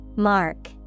Mark